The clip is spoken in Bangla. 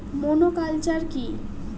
মনোকালচার কি?